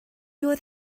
oedd